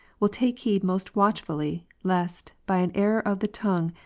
will take heed most watchfully, lest, by an error of the tongue,